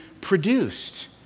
produced